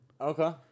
Okay